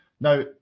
Now